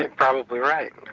like probably right.